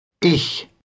ich